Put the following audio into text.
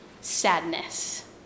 sadness